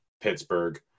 Pittsburgh